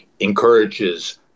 encourages